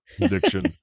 addiction